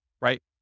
right